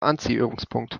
anziehungspunkt